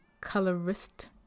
colorist